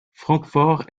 francfort